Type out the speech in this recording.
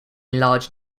large